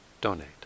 donate